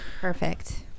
perfect